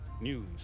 News